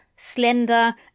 slender